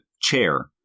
chair